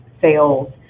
sales